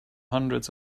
hundreds